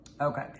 Okay